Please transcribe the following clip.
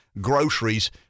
groceries